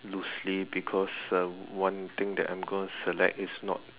loosely because uh one thing that I'm gonna select is not